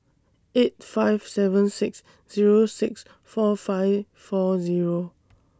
eight five seven six Zero six four five four Zero